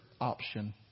option